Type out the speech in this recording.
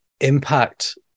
impact